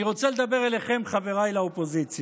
אני רוצה לדבר אליכם, חבריי לאופוזיציה.